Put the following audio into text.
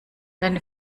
deine